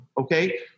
okay